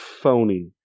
phony